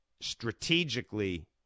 strategically